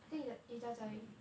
I think you you tell jia yi